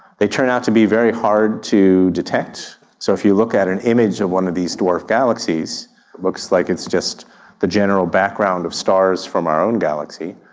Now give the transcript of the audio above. they turn out to be very hard to detect. so if you look at and image of one of these dwarf galaxies, it looks like it's just the general background of stars from our own galaxy,